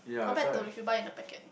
compared to if you buy in a packet